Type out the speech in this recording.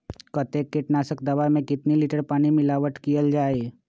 कतेक किटनाशक दवा मे कितनी लिटर पानी मिलावट किअल जाई?